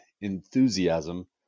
enthusiasm